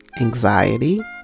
anxiety